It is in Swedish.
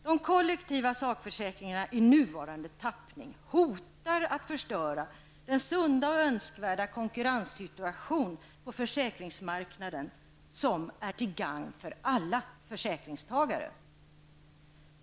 De kollektiva sakförsäkringarna i nuvarande tappning hotar att förstöra den sunda och önskvärda konkurrenssituation på försäkringsmarknaden som är till gagn för alla försäkringstagare.